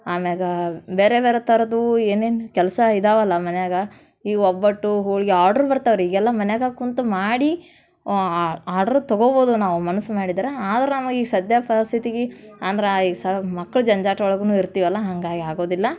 ಆಮ್ಯಾಲ ಬೇರೆ ಬೇರೆ ಥರದ್ದು ಏನೇನು ಕೆಲಸ ಇದಾವಲ್ವ ಮನ್ಯಾಗೆ ಈ ಒಬ್ಬಟ್ಟು ಹೋಳ್ಗೆ ಆರ್ಡ್ರು ಬರ್ತವೆ ರೀ ಈಗೆಲ್ಲ ಮನ್ಯಾಗೆ ಕುಳ್ತು ಮಾಡಿ ಆರ್ಡ್ರು ತೊಗೋಬೋದು ನಾವು ಮನ್ಸು ಮಾಡಿದ್ರೆ ಆದ್ರೆ ನಮಗೆ ಈ ಸದ್ಯದ ಪರಿಸ್ಥಿತಿಗೆ ಅಂದ್ರೆ ಈ ಸ್ವಲ್ಪ ಮಕ್ಳು ಜಂಜಾಟ ಒಳಗೂ ಇರ್ತೀವಲ್ವ ಹಂಗಾಗಿ ಆಗೋದಿಲ್ಲ